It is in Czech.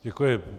Děkuji.